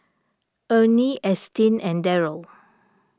Ernie Ashtyn and Darrel